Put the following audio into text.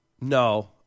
no